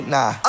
Nah